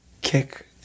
kick